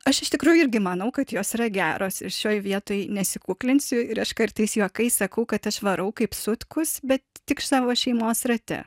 aš iš tikrųjų irgi manau kad jos yra geros ir šioj vietoj nesikuklinsiu ir aš kartais juokais sakau kad aš varau kaip sutkus bet tik savo šeimos rate